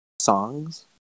songs